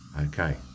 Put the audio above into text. Okay